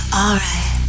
alright